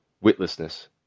witlessness